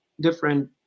different